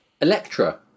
Electra